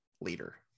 leader